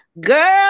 girl